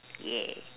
yeah